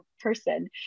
person